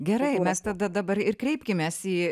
gerai mes tada dabar ir kreipkimės į